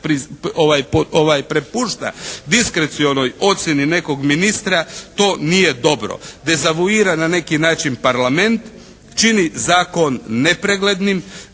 prepušta diskrecionoj ocjenu nekog ministra to nije dobro. Dezavuira na neki način Parlament, čini zakon nepreglednim,